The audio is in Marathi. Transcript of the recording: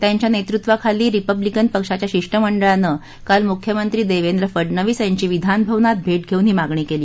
त्यांच्या नेतृत्वाखाली रिपब्लिकन पक्षाच्या शिष्टमंडळानं काल मुख्यमंत्री देवेंद्र फडनवीस यांची विधानभवनात भेट घेऊन ही मागणी केली